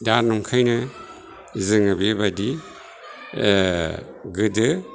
दा बेखायनो जोङो बेबायदि गोदो